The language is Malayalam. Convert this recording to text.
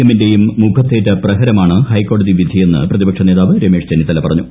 എമ്മിന്റെയും മുഖത്തേറ്റ പ്രഹരമാണ് ഹൈക്കോടതി വിധിയെന്ന് പ്രതിപക്ഷനേതാവ് രമേശ് ചെന്നിത്തല പറഞ്ഞു